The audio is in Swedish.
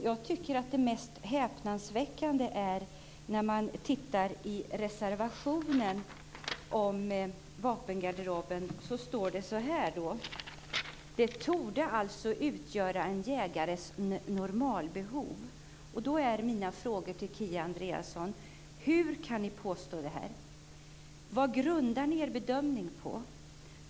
Jag tycker att det mest häpnadsväckande i reservationen om vapengarderoben är: "Detta torde alltså utgöra en jägares normalbehov." Mina frågor till Kia Andreasson är: Hur kan ni påstå detta? Vad grundar ni er bedömning på?